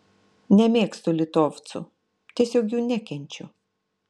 nemėgstu litovcų tiesiog jų nekenčiu